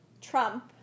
Trump